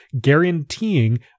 guaranteeing